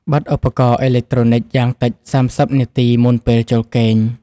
បិទឧបករណ៍អេឡិចត្រូនិកយ៉ាងតិច ៣០ នាទីមុនពេលចូលគេង។